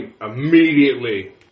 immediately